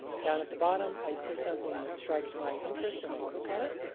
down at the bottom, i see something that strikes my interest, and i click on it.